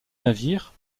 navire